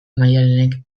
maialenek